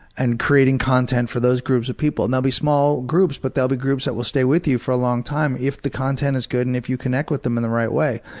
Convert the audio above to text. and creating content for those groups of people. and they'll be small groups but they'll be groups that will stay with you for a long time if the content is good and if you connect with them in the right way.